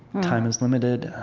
time is limited.